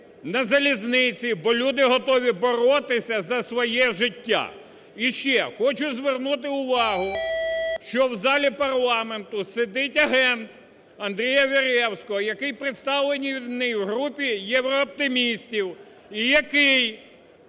на залізниці, бо люди готові боротися за своє життя. І ще. Хочу звернути увагу, що в залі парламенту сидить агент Андрія Веревського, який представлений в групі єврооптимістів і який